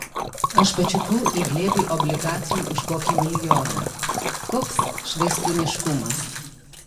aš pačiupau į glėbį obligacijų už kokį milijoną koks švaistūniškumas